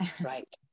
Right